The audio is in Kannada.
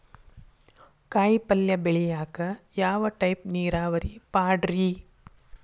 ಕಾಯಿಪಲ್ಯ ಬೆಳಿಯಾಕ ಯಾವ ಟೈಪ್ ನೇರಾವರಿ ಪಾಡ್ರೇ?